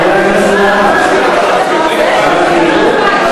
חבר הכנסת חמד עמאר,